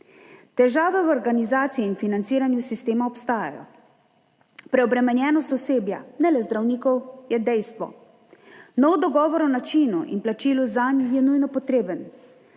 Težave v organizaciji in financiranju sistema obstajajo. Preobremenjenost osebja, ne le zdravnikov, je dejstvo. Nov dogovor o načinu in plačilu zanj je nujno potreben.